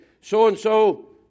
so-and-so